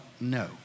no